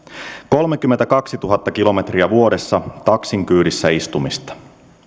kolmekymmentäkaksituhatta kilometriä vuodessa taksin kyydissä istumista